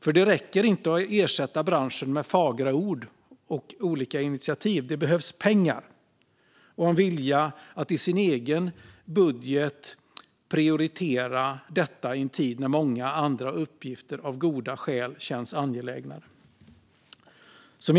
För det räcker inte att ersätta branschen med fagra ord och olika initiativ. Det behövs pengar och en vilja att i sin egen budget prioritera detta i en tid när många andra uppgifter av goda skäl känns angelägnare. Fru talman!